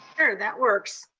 sure, that works.